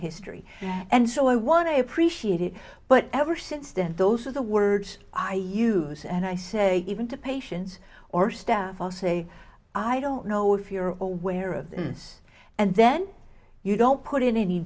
history and so i want to appreciate it but ever since then those are the words i use and i say even to patients or staff i'll say i don't know if you're aware of this and then you don't put in any